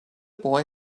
boy